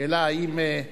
השאלה האם,